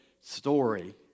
story